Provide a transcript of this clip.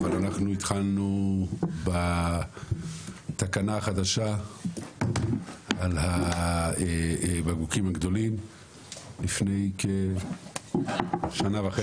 אבל אנחנו התחלנו בתקנה החדשה על הבקבוקים הגדולים לפני כשנה וחצי.